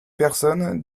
personnes